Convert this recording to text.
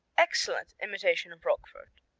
excellent imitation of roquefort.